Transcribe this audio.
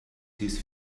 his